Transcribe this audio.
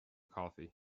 coffee